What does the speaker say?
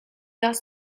asked